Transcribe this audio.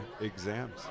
exams